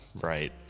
right